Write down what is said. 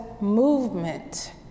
movement